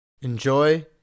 Enjoy